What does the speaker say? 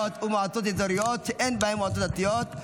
ומועצות אזוריות שאין בהן מועצות דתיות),